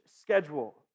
schedule